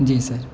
جی سر